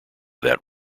that